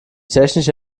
technische